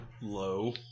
low